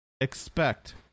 expect